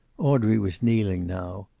audrey was kneeling now.